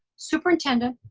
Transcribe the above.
superintendent,